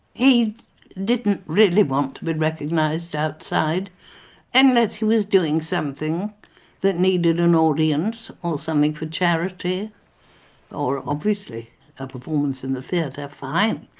he didn't really want to be but recognised outside unless he was doing something that needed an audience or something for charity or obviously a performance in the theatre fine.